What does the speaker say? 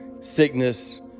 sickness